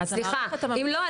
אז המערכת הממוחשבת --- אם לא,